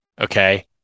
okay